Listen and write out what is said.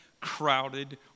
crowded